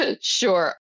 Sure